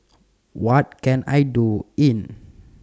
What Can I Do in